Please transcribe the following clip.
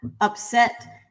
upset